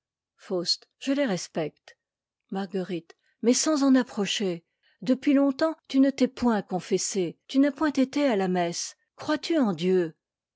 faust je les respecte mais sans en approcher depuis longtemps tu ne t'es point confessé tu n'as point été à la messe crois-tu en dieu